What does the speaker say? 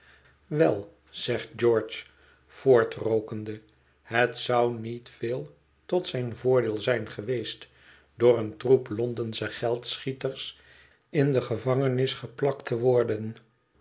wel zegt george voortrookende het zou niet veel tot zijn voordeel zijn geweest door een troep londensche geldschieters in de gevangenis geplakt te worden